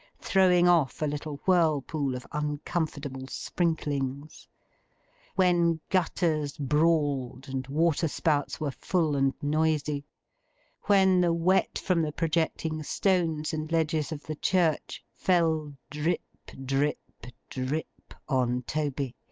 throwing off a little whirlpool of uncomfortable sprinklings when gutters brawled and waterspouts were full and noisy when the wet from the projecting stones and ledges of the church fell drip, drip, drip, on toby,